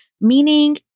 meaning